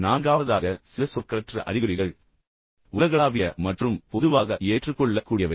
நான்காவதாக சில சொற்களற்ற அறிகுறிகள் உலகளாவிய மற்றும் பொதுவாக ஏற்றுக்கொள்ளக்கூடியவை